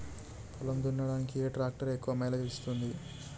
పొలం దున్నడానికి ఏ ట్రాక్టర్ ఎక్కువ మైలేజ్ ఇస్తుంది?